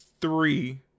three